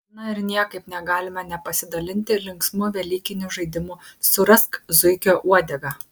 na ir niekaip negalime nepasidalinti linksmu velykiniu žaidimu surask zuikio uodegą